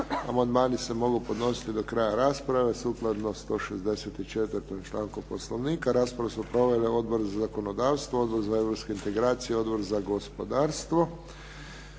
Amandmani se mogu podnositi do kraja rasprave, sukladno 164. članku Poslovnika. Raspravu su proveli Odbor za zakonodavstvo, Odbor za europske integracije, Odbor za gospodarstvo.